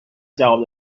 جواب